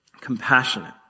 compassionate